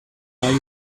are